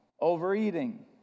Overeating